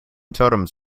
totems